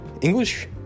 English